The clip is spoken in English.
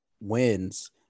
wins